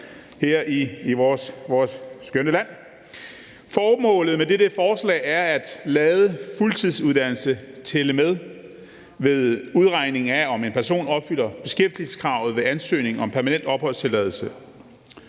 her i vores skønne land. Formålet med dette forslag er at lade fuldtidsuddannelse tælle med ved udregning af, om en person opfylder beskæftigelseskravet ved ansøgning om permanent opholdstilladelse.